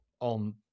on